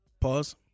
Pause